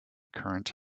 current